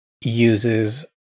uses